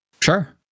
Sure